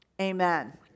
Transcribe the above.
Amen